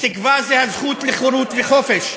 תקווה זו הזכות לחירות וחופש,